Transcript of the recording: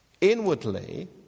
inwardly